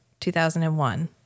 2001